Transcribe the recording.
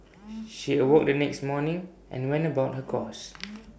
she awoke the next morning and went about her chores